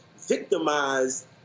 Victimized